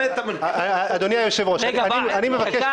אנחנו בהחלט